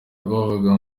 uvuga